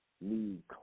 need